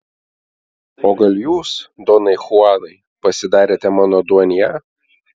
o gal jūs donai chuanai pasidarėte mano duenja